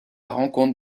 rencontre